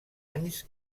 anys